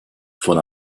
von